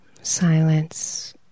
silence